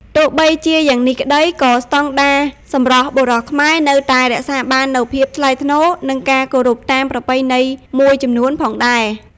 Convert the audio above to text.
ទោះបីជាយ៉ាងនេះក្តី ក៏ស្តង់ដារសម្រស់បុរសខ្មែរនៅតែរក្សាបាននូវភាពថ្លៃថ្នូរ និងការគោរពតាមប្រពៃណីមួយចំនួនផងដែរ។